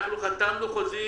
אנחנו חתמנו חוזים,